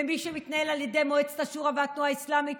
מי שמתנהל על ידי מועצת השורא והתנועה האסלאמית